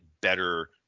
better